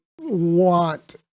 want